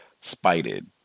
spited